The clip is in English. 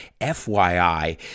FYI